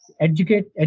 educate